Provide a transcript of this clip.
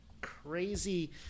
crazy